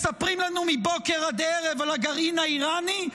מספרים לנו מבוקר עד ערב על הגרעין האיראני,